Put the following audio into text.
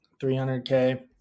300k